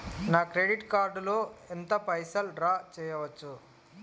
నా credit card లో ఎంత పైసల్ డ్రా చేయచ్చు?